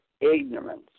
ignorance